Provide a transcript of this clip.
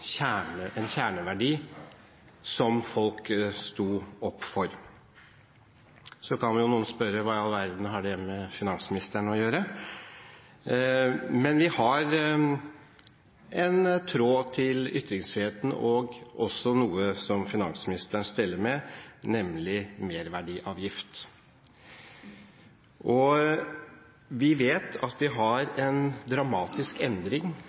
en kjerneverdi som folk sto opp for. Så kan vel noen spørre, hva i all verden har det med finansministeren å gjøre? Men det går en tråd til ytringsfriheten fra noe som finansministeren steller med, nemlig merverdiavgift. Vi vet at vi har en dramatisk endring